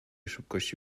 szybkości